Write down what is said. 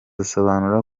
asobanura